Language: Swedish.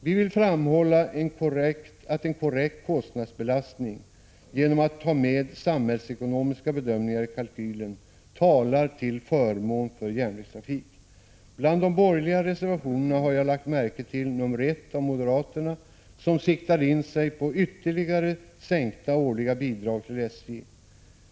Vi vill framhålla att en korrekt kostnadsbelastning, genom att man tar med samhällsekonomiska bedömningar i kalkylen, talar till förmån för järnvägstrafik. Bland de borgerliga reservationerna har jag lagt märke till nr 1 av moderaterna som siktar in sig på ytterligare sänkta årliga bidrag till SJ.